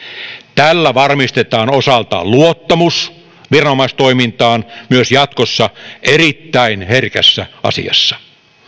tällä varmistetaan osaltaan luottamus viranomaistoimintaan myös jatkossa erittäin herkässä asiassa